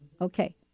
Okay